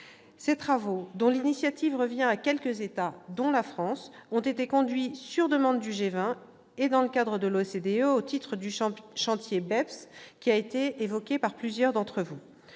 Ces travaux, dont l'initiative revient à quelques États, dont la France, ont été conduits sur demande du G20 et dans le cadre de l'OCDE au titre du chantier, des mesures opérationnelles